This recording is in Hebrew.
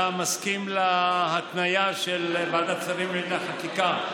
אתה מסכים להתניה של ועדת שרים לענייני חקיקה,